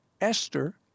Esther